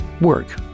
work